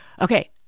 okay